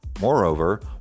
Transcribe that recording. Moreover